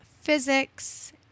physics